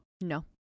No